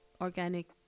organic